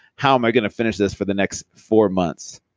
how am i going to finish this for the next four months?